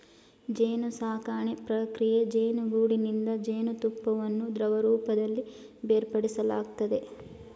ಜೇನುಸಾಕಣೆ ಪ್ರಕ್ರಿಯೆ ಜೇನುಗೂಡಿನಿಂದ ಜೇನುತುಪ್ಪವನ್ನು ದ್ರವರೂಪದಲ್ಲಿ ಬೇರ್ಪಡಿಸಲಾಗ್ತದೆ